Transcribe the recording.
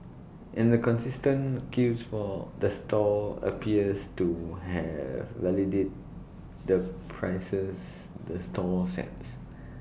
and the consistent queues for the stall appears to have validate the prices the stall sets